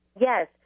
Yes